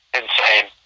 insane